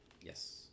Yes